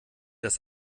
das